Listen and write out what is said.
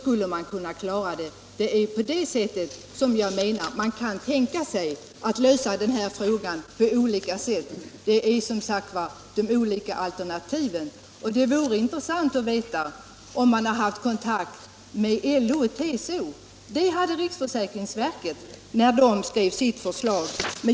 Det är genom att diskutera sådana alternativ man kan tänka sig att lösa den här frågan. Det vore också intressant att veta om regeringen haft kontakt med LO och TCO. Det hade riksförsäkringsverket när de skrev sitt förslag.